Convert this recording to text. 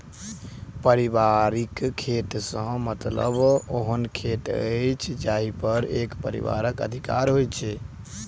पारिवारिक खेत सॅ मतलब ओहन खेत अछि जाहि पर एक परिवारक अधिकार होय